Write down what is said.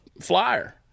flyer